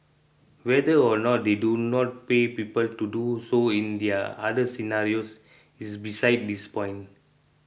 whether or not they do not pay people to do so in their other scenarios is besides this point